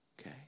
okay